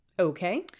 Okay